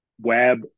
Web